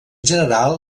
general